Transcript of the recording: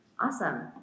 Awesome